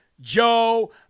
Joe